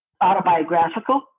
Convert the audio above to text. autobiographical